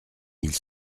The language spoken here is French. mille